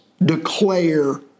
declare